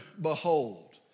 behold